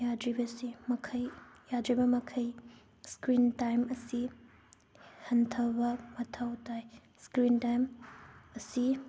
ꯌꯥꯗ꯭ꯔꯤꯕꯁꯤ ꯃꯈꯩ ꯌꯥꯗ꯭ꯔꯤꯕ ꯃꯈꯩ ꯏꯁꯀ꯭ꯔꯤꯟ ꯇꯥꯏꯝ ꯑꯁꯤ ꯍꯟꯊꯕ ꯃꯊꯧ ꯇꯥꯏ ꯏꯁꯀ꯭ꯔꯤꯟ ꯇꯥꯏꯝ ꯑꯁꯤ